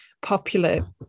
popular